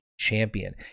champion